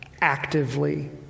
actively